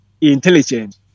intelligent